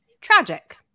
tragic